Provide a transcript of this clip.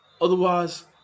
otherwise